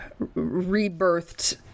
rebirthed